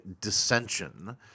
dissension